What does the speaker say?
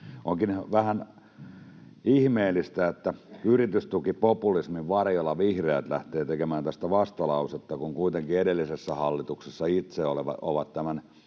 Onkin vähän ihmeellistä, että yritystukipopulismin varjolla vihreät lähtevät tekemään tästä vastalausetta, kun kuitenkin edellisessä hallituksessa he itse ovat tämän